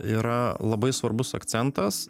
yra labai svarbus akcentas